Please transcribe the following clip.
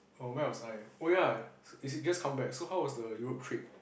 oh where was I oh ya is is it just come back so how was the Europe trip